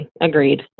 Agreed